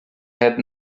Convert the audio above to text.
had